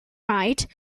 ride